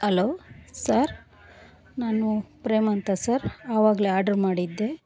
hello sir ನಾನು ಪ್ರೇಮ ಅಂತ sir ಆವಾಗ್ಲೆ ಆಡ್ರ್ ಮಾಡಿದ್ದೆ